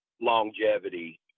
longevity